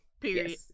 period